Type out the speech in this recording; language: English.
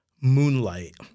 moonlight